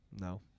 No